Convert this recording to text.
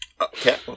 Okay